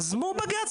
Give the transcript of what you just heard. אז מה בג"צ?